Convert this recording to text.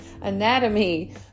anatomy